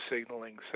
signaling